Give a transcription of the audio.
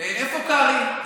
איפה קרעי?